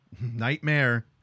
Nightmare